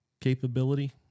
capability